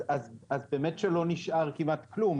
אז באמת שלא נשאר כמעט כלום.